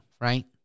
right